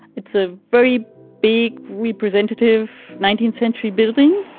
it's a very big, representative nineteenth century building,